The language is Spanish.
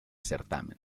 certamen